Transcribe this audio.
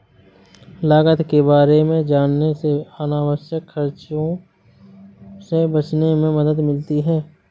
लागत के बारे में जानने से अनावश्यक खर्चों से बचने में मदद मिलती है